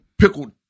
pickled